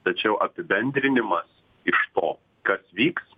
tačiau apibendrinimas iš to kad vyks